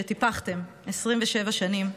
שטיפחתם 27 שנים,